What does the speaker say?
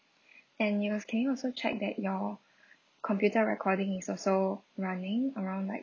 and yes can you also check that your computer recording is also running around like